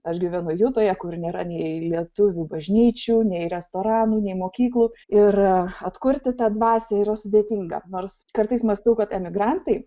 aš gyvenu jutoje kur nėra nei lietuvių bažnyčių nei restoranų nei mokyklų ir atkurti tą dvasią yra sudėtinga nors kartais mąstau kad emigrantai